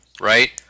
right